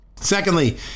Secondly